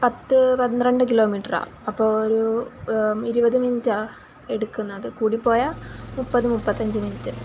പത്ത് പന്ത്രണ്ട് കിലോമീറ്ററാണ് അപ്പോൾ ഒരു ഇരുപത് മിനിറ്റാണ് എടുക്കുന്നത് കൂടിപ്പോയാൽ മുപ്പത് മുപ്പത്തഞ്ച് മിനിറ്റ്